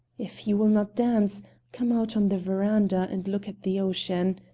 if you will not dance come out on the veranda and look at the ocean.